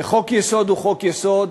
וחוק-יסוד הוא חוק-יסוד,